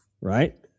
Right